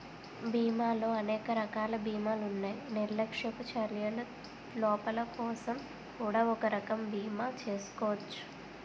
బీమాలో అనేక రకాల బీమాలున్నాయి నిర్లక్ష్యపు చర్యల లోపాలకోసం కూడా ఒక రకం బీమా చేసుకోచ్చు